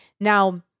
Now